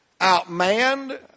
Outmanned